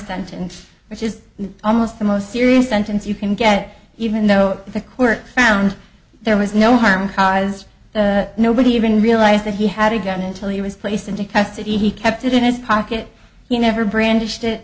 sentence which is almost the most serious sentence you can get even though the court found there was no harm cause nobody even realized that he had a gun until he was placed into custody he kept it in his pocket he never brand